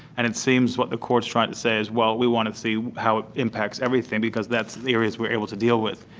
and it seems what the court is trying to say is, well, we want to see how it impacts everything because that's the areas we are able to deal with.